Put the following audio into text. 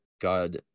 God